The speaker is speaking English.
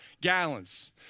gallons